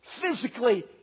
Physically